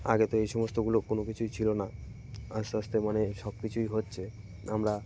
আগে তো এই সমস্তগুলো কোনো কিছুই ছিল না আস্তে আস্তে মানে সব কিছুই হচ্ছে আমরা